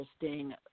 interesting